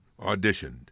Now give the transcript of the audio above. auditioned